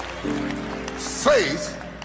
faith